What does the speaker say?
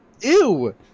ew